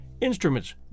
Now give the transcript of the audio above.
instruments